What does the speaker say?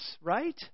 Right